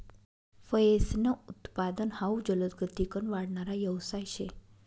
फयेसनं उत्पादन हाउ जलदगतीकन वाढणारा यवसाय शे